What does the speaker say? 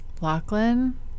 Lachlan